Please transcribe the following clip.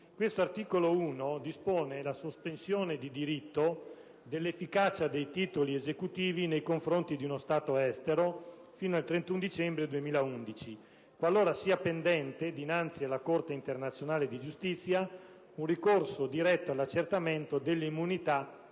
L'articolo 1 dispone la sospensione di diritto dell'efficacia dei titoli esecutivi nei confronti di uno Stato estero fino al 31 dicembre 2011, qualora sia pendente dinnanzi alla Corte internazionale di giustizia un ricorso diretto all'accertamento delle immunità